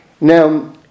Now